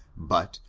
but,